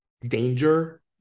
danger